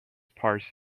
parts